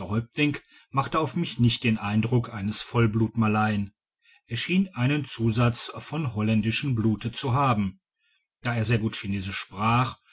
machte auf mich nicht den eindruck eines vollblutmalayen er schien einen zusatz von holländischen blute zu haben da er sehr gut chinesisch sprach